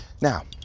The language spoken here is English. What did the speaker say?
Now